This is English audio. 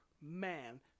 man